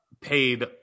paid